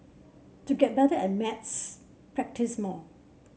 to get better at maths practise more